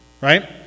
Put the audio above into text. Right